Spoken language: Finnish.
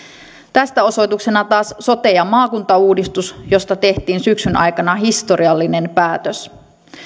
tästä osoituksena taas on sote ja maakuntauudistus josta tehtiin syksyn aikana historiallinen päätös